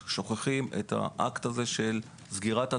שוכחים את האקט של סגירת אתרים.